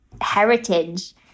heritage